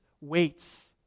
waits